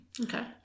Okay